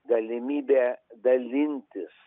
galimybę dalintis